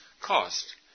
cost